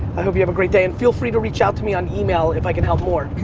i hope you have a great day and feel free to reach out to me on email if i can help more.